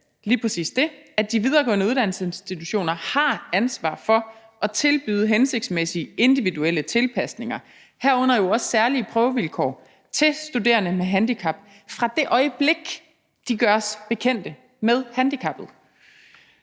lige præcis det, at de videregående uddannelsesinstitutioner har ansvar for at tilbyde hensigtsmæssige individuelle tilpasninger, herunder jo også særlige prøvevilkår til studerende med handicap, fra det øjeblik de gøres bekendte med handicappet.